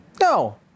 No